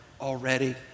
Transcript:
already